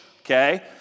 Okay